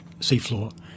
seafloor